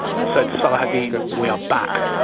and said, saladin, we are back.